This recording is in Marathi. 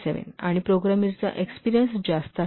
17 आणि प्रोग्रामिंगचा एक्सपेरियन्स जास्त आहे